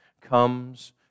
comes